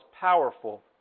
powerful